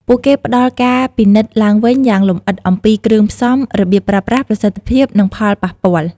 ពួកគេផ្តល់ការពិនិត្យឡើងវិញយ៉ាងលម្អិតអំពីគ្រឿងផ្សំ របៀបប្រើប្រាស់ ប្រសិទ្ធភាព និងផលប៉ះពាល់។